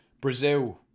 Brazil